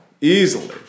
easily